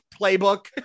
playbook